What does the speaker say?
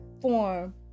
form